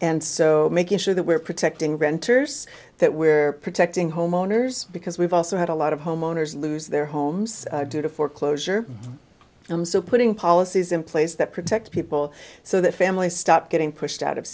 and so making sure that we're protecting renters that we're protecting homeowners because we've also had a lot of homeowners lose their homes due to foreclosure and i'm still putting policies in place that protect people so that families stop getting pushed out of